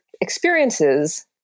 experiences